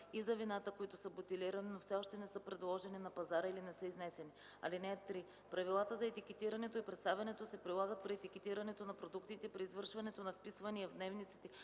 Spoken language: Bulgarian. и за вината, които са бутилирани, но все още не са предложени на пазара или не са изнесени. (3) Правилата за етикетирането и представянето се прилагат при етикетирането на продуктите, при извършването на вписвания в дневниците